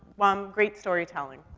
um, great storytelling.